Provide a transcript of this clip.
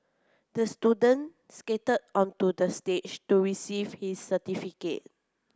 the student skated onto the stage to receive his certificate